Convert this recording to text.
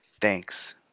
thanks